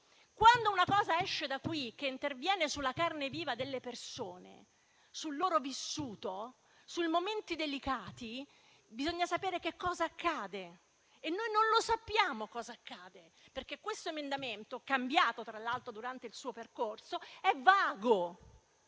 Quando una cosa esce da qui e interviene sulla carne viva delle persone, sul loro vissuto, su momenti delicati, bisogna sapere cosa accade. E noi non sappiamo cosa accade, perché l'emendamento, cambiato tra l'altro durante il suo percorso, è vago.